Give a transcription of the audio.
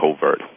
Covert